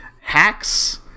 Hacks